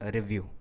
Review